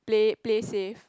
play play safe